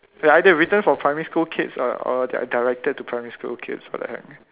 they're either written for primary school kids or or they're directed to primary school kids what the heck